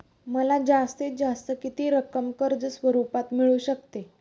मला जास्तीत जास्त किती रक्कम कर्ज स्वरूपात मिळू शकते?